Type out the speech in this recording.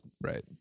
Right